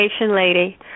lady